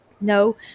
No